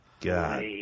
God